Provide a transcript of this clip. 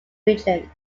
region